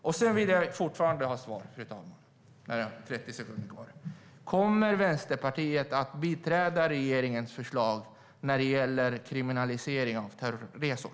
Jag vill fortfarande ha svar, fru talman: Kommer Vänsterpartiet att biträda regeringens förslag när det gäller kriminalisering av terrorresor?